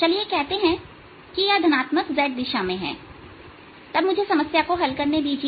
चलिए कहते हैं कि यह धनात्मक z दिशा में है तब मुझे समस्या को हल करने दीजिए